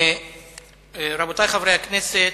רבותי חברי הכנסת,